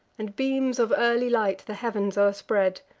and beams of early light the heav'ns o'erspread,